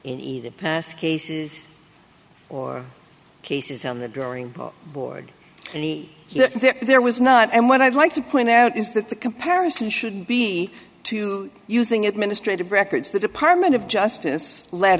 in past cases or cases on the drawing board and there was not and what i'd like to point out is that the comparison should be to using administrate of records the department of justice let